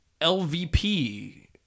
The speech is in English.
LVP